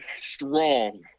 strong